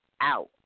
out